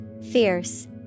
Fierce